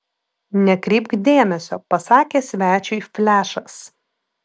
nekreipk dėmesio pasakė svečiui flešas